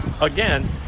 again